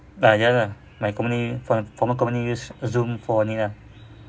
ah ya lah my company for~ former company use zoom for ni lah